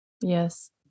Yes